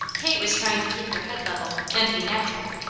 kate was trying to keep her head level, and be natural.